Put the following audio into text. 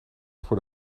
voor